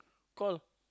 call